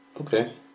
Okay